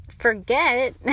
Forget